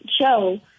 show